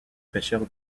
pêcheurs